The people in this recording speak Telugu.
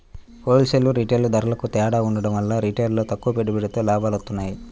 హోల్ సేల్, రిటైల్ ధరలకూ తేడా ఉండటం వల్ల రిటైల్లో తక్కువ పెట్టుబడితో లాభాలొత్తన్నాయి